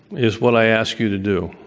is what i asked you to do,